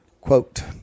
Quote